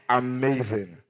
amazing